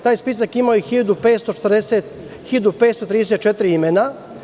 Taj spisak ima i 1.534 imena.